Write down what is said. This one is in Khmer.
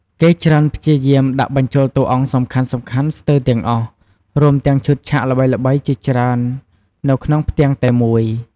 គេច្រើនព្យាយាមដាក់បញ្ចូលតួអង្គសំខាន់ៗស្ទើរទាំងអស់ រួមទាំងឈុតឆាកល្បីៗជាច្រើននៅក្នុងផ្ទាំងតែមួយ ។